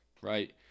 right